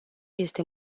este